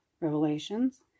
Revelations